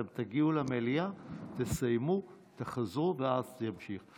אתם תגיעו למליאה, תסיימו, תחזרו, ואז זה יימשך.